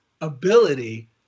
ability